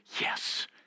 Yes